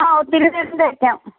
ആ ഒത്തിരി നേരം തേക്കാം